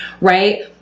right